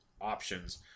options